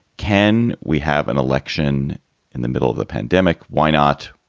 can we have an election in the middle of the pandemic? why not?